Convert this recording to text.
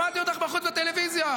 שמעתי אותך בחוץ, בטלוויזיה.